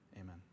amen